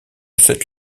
sept